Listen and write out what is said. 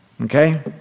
okay